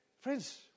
Friends